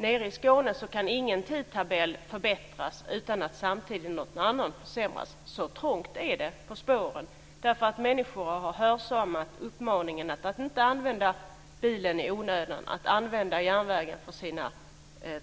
Nere i Skåne kan ingen tidtabell förbättras utan att någon annan samtidigt försämras. Så trångt är det på spåren; detta därför att människor har hörsammat uppmaningen att inte använda bilen i onödan och att så långt som möjligt använda järnvägen för sina